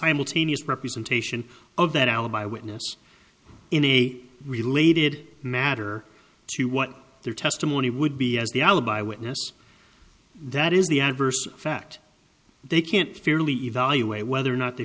simultaneous representation of that alibi witness in a related matter to what their testimony would be as the alibi witness that is the adverse effect they can't fairly evaluate whether or not they